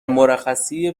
مرخصی